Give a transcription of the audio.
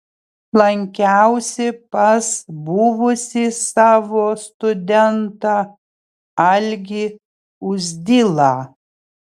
lankiausi pas buvusį savo studentą algį uzdilą